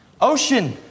Ocean